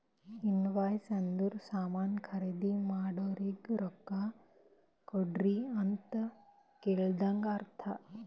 invoice ಅಂದುರ್ ಸಾಮಾನ್ ಖರ್ದಿ ಮಾಡೋರಿಗ ರೊಕ್ಕಾ ಕೊಡ್ರಿ ಅಂತ್ ಕಳದಂಗ ಅರ್ಥ